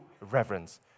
reverence